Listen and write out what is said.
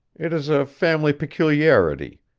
it is a family peculiarity.